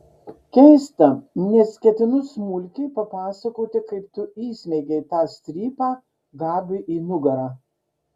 keista nes ketinu smulkiai papasakoti kaip tu įsmeigei tą strypą gabiui į nugarą